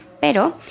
Pero